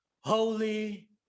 holy